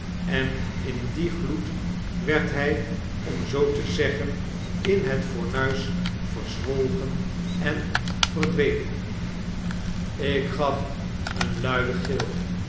en in dien gloed werd hy om zootezeggen in het fornuis verzwolgen en verdween ik gaf een luiden gil